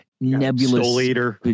nebulous